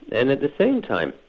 and at the same time,